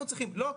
אנחנו צריכים לא,